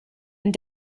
and